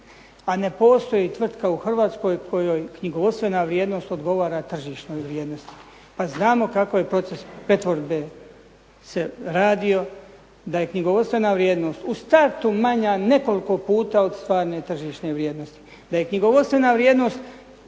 Pa ne postoji tvrtka u Hrvatskoj kojoj knjigovodstvena vrijednost odgovara tržišnoj vrijednosti. Pa znamo kako se proces pretvorbe se radio, da je knjigovodstvena vrijednost u startu manja nekoliko puta od tržišne vrijednosti.